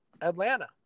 Atlanta